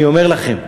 אני אומר לכם,